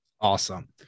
Awesome